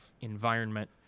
environment